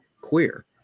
queer